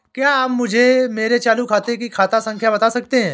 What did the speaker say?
क्या आप मुझे मेरे चालू खाते की खाता संख्या बता सकते हैं?